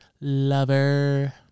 lover